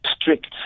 strict